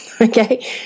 okay